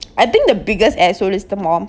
but I think the biggest ass hole is the mom